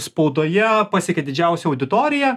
spaudoje pasiekė didžiausią auditoriją